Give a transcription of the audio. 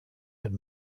had